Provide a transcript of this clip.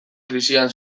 krisian